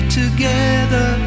together